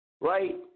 right